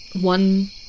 one